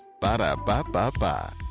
Ba-da-ba-ba-ba